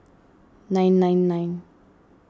nine nine nine